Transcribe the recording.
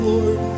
Lord